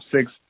six